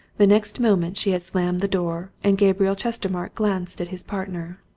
the next moment she had slammed the door, and gabriel chestermarke glanced at his partner.